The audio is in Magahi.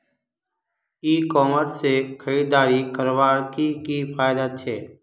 ई कॉमर्स से खरीदारी करवार की की फायदा छे?